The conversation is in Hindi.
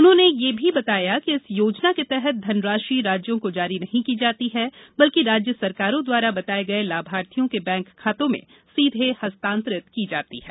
उन्होंने यह भी बताया कि इस योजना के तहत धनराशि राज्यों को जारी नहीं की जाती है बल्कि राज्य सरकारों द्वारा बताये गये लाभार्थियों के बैंक खातों में सीधे हस्तांतरित की जाती है